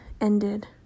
ended